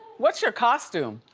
what's your costume?